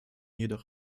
jedoch